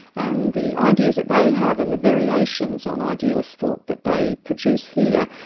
and the ideas that they have and the variations on idealist thought that they produce here,